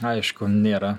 aišku nėra